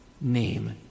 name